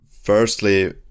firstly